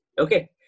Okay